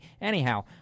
Anyhow